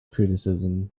criticism